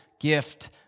gift